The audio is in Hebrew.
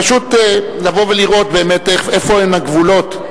פשוט לבוא ולראות באמת איפה הם הגבולות.